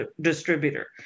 distributor